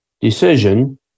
decision